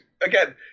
again